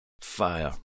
fire